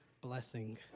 blessing